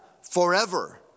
forever